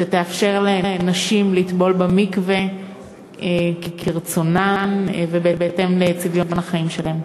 שתאפשר לנשים לטבול במקווה כרצונן ובהתאם לצביון החיים שלהן?